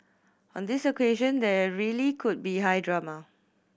on this occasion there really could be high drama